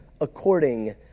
according